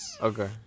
Okay